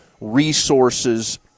resources